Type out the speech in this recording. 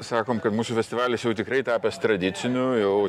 sakom kad mūsų festivalis jau tikrai tapęs tradiciniu jau